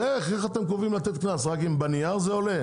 אז איך אתם קובעים לתת קנס, רק על הנייר זה עולה?